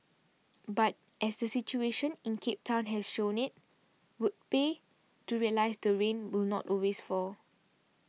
but as the situation in Cape Town has shown it would pay to realise that rain will not always fall